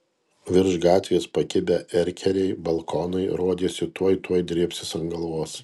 virš gatvės pakibę erkeriai balkonai rodėsi tuoj tuoj drėbsis ant galvos